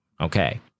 Okay